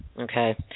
Okay